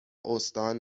استان